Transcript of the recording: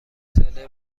ساله